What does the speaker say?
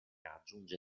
raggiunge